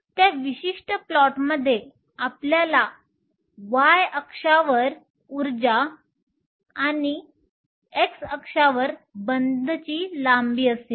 त्या विशिष्ट प्लॉटमध्ये आपल्याकडे y अक्षावर उर्जा असेल आणि आपल्याकडे x अक्षावर बंधची लांबी असेल